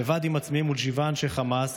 לבד עם עצמי מול שבעה אנשי חמאס,